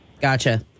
gotcha